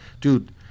dude